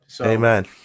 Amen